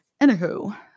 anywho